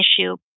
issue